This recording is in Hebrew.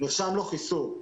נרשם לו חיסור.